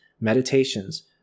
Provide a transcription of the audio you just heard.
meditations